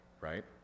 right